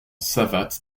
savates